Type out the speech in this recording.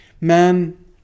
Man